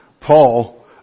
Paul